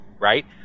Right